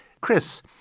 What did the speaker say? Chris